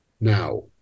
now